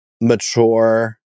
mature